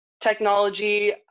technology